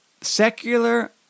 secular